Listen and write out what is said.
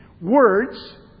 words